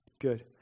Good